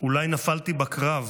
"אולי נפלתי בקרב",